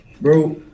Bro